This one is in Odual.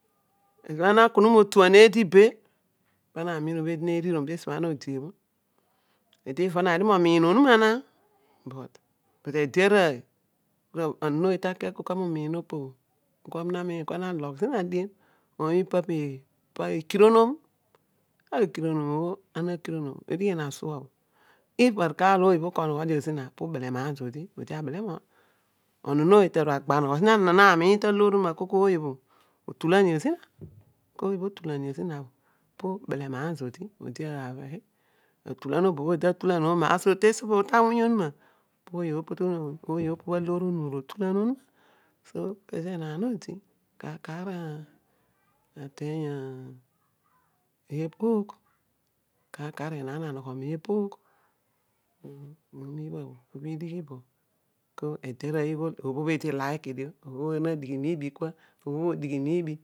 Ezo bho ana ne kununi mo tuan eedi be pana namiin obho eedi ne rirom teesibho edi odi bho eedi vona dio momiin onuma but ede orooy onon ooy talei agha anegho zeedi deva miia opo bho na logh zina dien omoipa bho po ikironom. ekironon obho ana ne kironon ideghen asuo bho. if kooy ko onoghe zina belemaan zodi. odi abele momogho. onon ta hbhin ara agba nogho zodi. ana namiin ta loor onuna akol ooy bho otulen io zina ooy bho otulan io zina bho beraan zodi odi atulan obo bho odi ta talan obho mar sho ta wuny onuma po ooy po to onuma omina otulan onuma ta aloor onuna omina otulan onuma. pezo enaan odi kar kar ateeny opogh kar kar enaan anogho meepogh omeedi idighi keede arooy ighol obho blo eed ikiki dio obho bho na dighi miibi kua obh odighi miibi